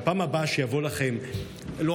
בפעם הבאה שיבוא לכם לטנף,